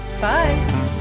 Bye